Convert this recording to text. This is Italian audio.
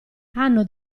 hanno